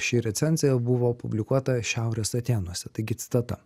ši recenzija buvo publikuota šiaurės atėnuose taigi citata